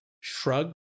shrug